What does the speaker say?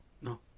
No